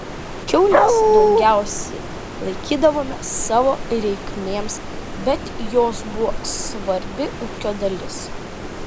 kiaules daugiausiai laikydavome savo reikmėms bet jos buvo svarbi ūkio dalis